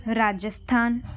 Rajasthan